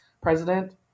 president